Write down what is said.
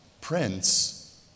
Prince